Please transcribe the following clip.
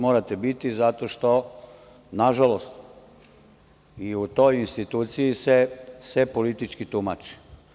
Morate biti vrlo oprezni, zato što, nažalost, i u toj instituciji se politički tumači.